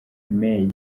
may